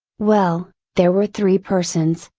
well, there were three persons,